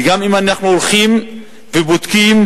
ואם אנחנו הולכים ובודקים,